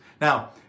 Now